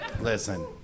Listen